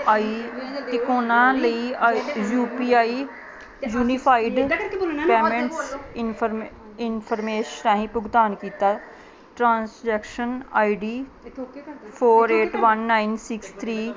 ਆਈ ਤਿਕੋਨਾ ਲਈ I U P I unified payments ਇੰਫਰ ਇਨਫੋਰਮੇਸ਼ ਰਾਹੀਂ ਭੁਗਤਾਨ ਕੀਤਾ transaction I D four eight one nine six three